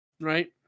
Right